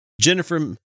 Jennifer